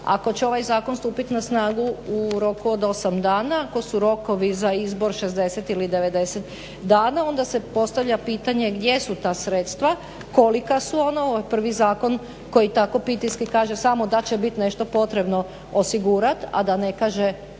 ako će ovaj zakon stupit na snagu od 8 dana, ako su rokovi za izbor 60 ili 90 dana onda se postavlja pitanje, gdje su ta sredstva, kolika su ona, ovo je prvi zakon koji tako pitanjski kaže samo da će bit nešto potrebno osigurat, a da ne kaže